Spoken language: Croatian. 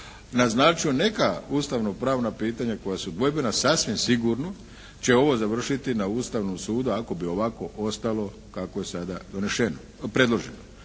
naznačio neka ustavno-pravna pitanja koja su dvojbena sasvim sigurno će ovo završiti na Ustavnom sudu ako bi ovako ostalo kako je sada donešeno,